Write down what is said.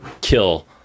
kill